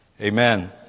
Amen